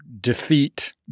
defeat